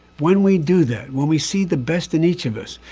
when we do that when we see the best in each of us,